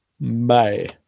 Bye